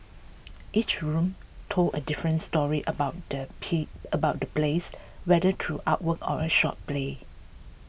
each room told a different story about the P about the place whether through artwork or a short play